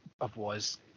otherwise